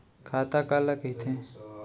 खाता काला कहिथे?